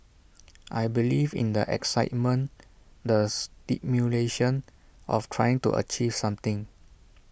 I believe in the excitement the stimulation of trying to achieve something